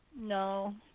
No